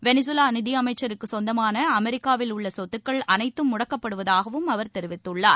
வெளிசுலா நிதியமைச்சருக்கு சொந்தமான அமெரிக்காவில் உள்ள சொத்துக்கள் அனைத்தும் முடக்கப்படுவதாகவும் அவர் தெரிவித்துள்ளார்